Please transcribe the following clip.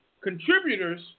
contributors